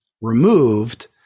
removed